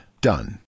done